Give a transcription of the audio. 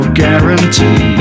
guarantee